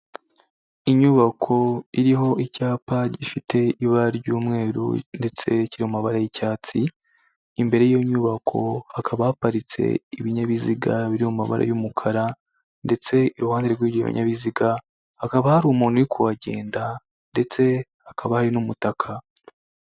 Inyubako iriho icyapa gifite ibara ry'umweru ndetse kiri mu mabara y'icyatsi, imbere y'iyo nyubako hakaba haparitse ibinyabiziga biri mu mabara y'umukara ndetse iruhande rw'ibyo binyabiziga hakaba hari umuntu uri kuhagenda, ndetse hakaba hari n'umutaka.